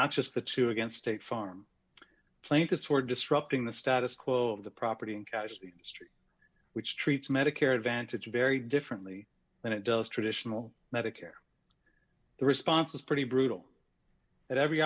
not just the two against state farm plaintiffs for disrupting the status quo of the property and casualty history which treats medicare advantage very differently than it does traditional medicare the response was pretty brutal at every